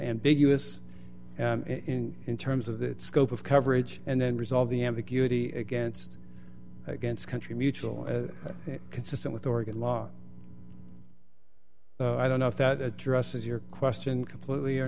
ambiguous in terms of the scope of coverage and then resolve the ambiguity against against country mutual and consistent with oregon law i don't know if that addresses your question completely or